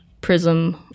PRISM